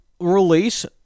release